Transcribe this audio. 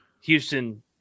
Houston